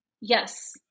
Yes